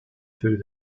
through